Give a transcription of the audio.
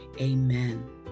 Amen